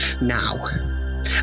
now